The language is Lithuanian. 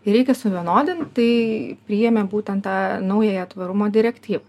ir reikia suvienodinti tai priėmė būtent tą naująją tvarumo direktyvą